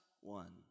one